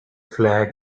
flag